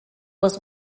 was